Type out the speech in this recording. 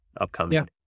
upcoming